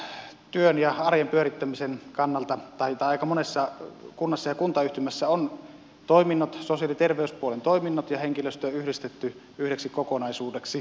käytännön työn ja arjen pyörittämisen kannalta aika monessa kunnassa ja kuntayhtymässä on sosiaali ja terveyspuolen toiminnot ja henkilöstö yhdistetty yhdeksi kokonaisuudeksi